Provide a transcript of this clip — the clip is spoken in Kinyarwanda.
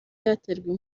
yaterwa